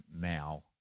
now